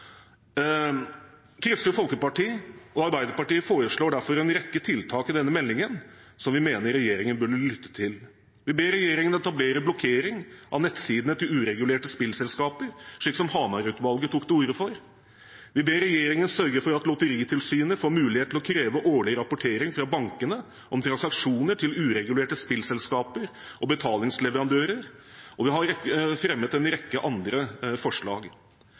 Kristelig Folkeparti og Arbeiderpartiet foreslår derfor en rekke tiltak i denne meldingen som vi mener regjeringen burde lytte til. Vi ber regjeringen etablere blokkering av nettsidene til uregulerte spillselskaper, slik som Hamar-utvalget tok til orde for. Vi ber regjeringen sørge for at Lotteritilsynet får mulighet til å kreve årlig rapportering fra bankene om transaksjoner til uregulerte spillselskaper og betalingsleverandører, og vi har fremmet en rekke andre forslag.